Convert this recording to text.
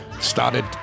started